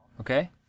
okay